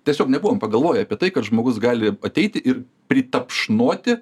tiesiog nebuvom pagalvoję apie tai kad žmogus gali ateiti ir pritapšnoti